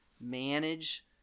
manage